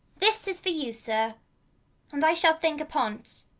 this is for you sir and i shall think upon't.